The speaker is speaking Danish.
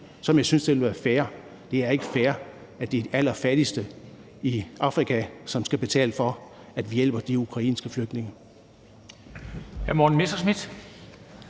som jeg synes ville være fair. Det er ikke fair, at det er de allerfattigste i Afrika, som skal betale for, at vi hjælper de ukrainske flygtninge.